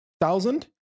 thousand